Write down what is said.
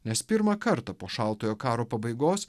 nes pirmą kartą po šaltojo karo pabaigos